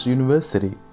University